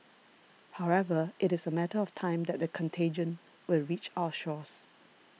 however it is a matter of time that the contagion will reach our shores